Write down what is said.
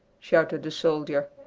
shouted the soldier.